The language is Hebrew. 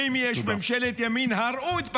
ואם יש ממשלת ימין, הראו את פניכם.